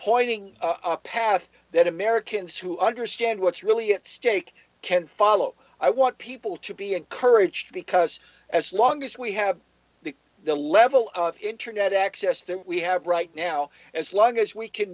pointing a path that americans who understand what's really at stake can follow i want people to be encouraged because as long as we have the the level of internet access that we have right now as long as we can